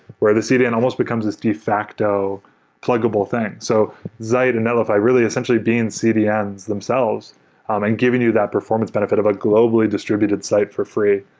where the cdn almost becomes as de facto pluggable thing. so zeit and netlify, really essentially being cdns themselves um and giving you that performance benefit of a globally distributed site for free.